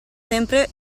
sempre